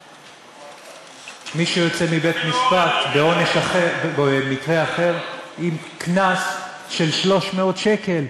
מישהו יוצא מבית-משפט במקרה אחר עם קנס של 300 שקל.